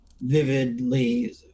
vividly